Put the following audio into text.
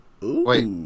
Wait